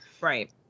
Right